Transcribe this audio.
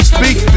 Speak